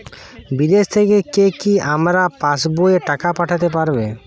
বিদেশ থেকে কি আমার পাশবইয়ে টাকা পাঠাতে পারবে?